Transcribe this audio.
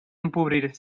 empobrir